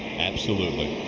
absolutely.